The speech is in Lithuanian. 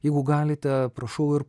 jeigu galite prašau ir